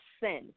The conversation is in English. sin